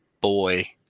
boy